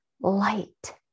light